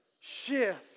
shift